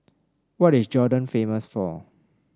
what is Jordan famous for